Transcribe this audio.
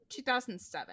2007